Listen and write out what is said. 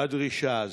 הדרישה הזו.